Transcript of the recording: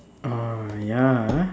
uh ya